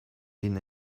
den